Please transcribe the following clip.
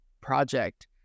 project